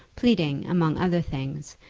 pleading, among other things,